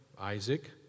Isaac